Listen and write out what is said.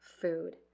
food